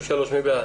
מי נגד?